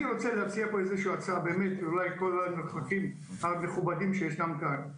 אני רוצה להציע פה הצעה בפני כל הנוכחים המכובדים שישנם כאן.